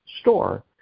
store